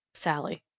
sallie.